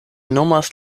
nomas